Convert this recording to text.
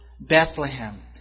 Bethlehem